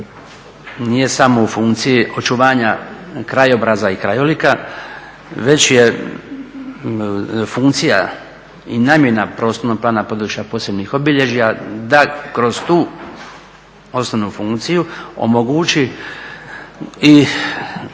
nije samo u funkciji očuvanja krajobraza i krajolika već je funkcija i namjena prostornog plana posebnih obilježja da kroz tu osnovnu funkciju omogući i